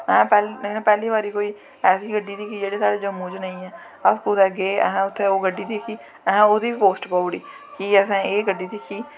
असैं पैह्ली बारी कोई ऐसी गड्डी दिक्खी जेह्ड़ी साढ़े जम्मू च नेंई ऐ अस कुदै गे असैं ओह् गड्डी दिक्खी असैं ओह्दी बी पोस्ट पाई ओड़ी कि असैं एह् गड्डी दिक्खी